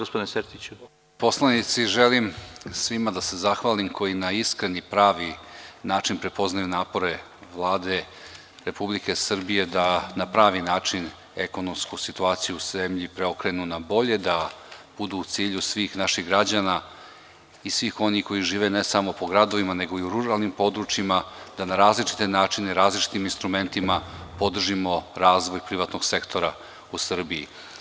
Poštovani poslanici, želim svima da se zahvalim koji na iskren i pravi način prepoznaju napore Vlade Republike Srbije da na pravi način ekonomsku situaciju u zemlji preokrenu na bolje, da bude u cilju svih naših građana i svih onih koji žive ne samo u gradovima, nego i u ruralnim područjima, da na različite načine različitim instrumentima podržimo razvoj privatnog sektora u Srbiji.